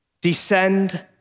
descend